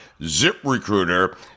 ZipRecruiter